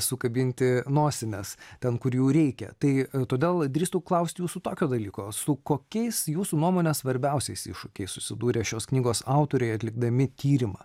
sukabinti nosines ten kur jų reikia tai todėl drįstu klaust jūsų tokio dalyko su kokiais jūsų nuomone svarbiausiais iššūkiais susidūrė šios knygos autoriai atlikdami tyrimą